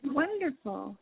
wonderful